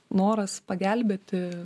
noras pagelbėti